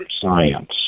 science